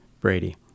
Brady